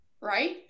right